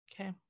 okay